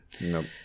Nope